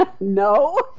No